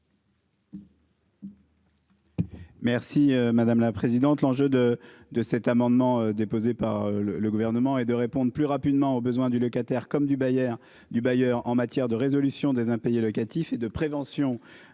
Merci madame la présidente. L'enjeu de de cet amendement déposé par le le gouvernement et de répondre plus rapidement aux besoins du locataire comme du Bayer du bailleur en matière de résolution des impayés locatifs et de prévention